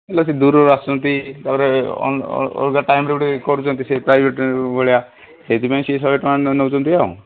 ହେଲା ସିଏ ଏତେ ଦୂରରୁ ଆସୁଛନ୍ତି ତା'ପରେ ଅଲଗା ଟାଇମ୍ ରେ ଗୋଟେ କରୁଛନ୍ତି ସିଏ ପ୍ରାଇଭେଟ୍ ଭଳିଆ ସେଥିପାଇଁ ସେ ଶହେ ଟଙ୍କା ନେଉଛନ୍ତି ଆଉ